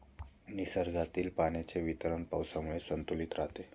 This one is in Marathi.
निसर्गातील पाण्याचे वितरण पावसामुळे संतुलित राहते